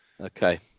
Okay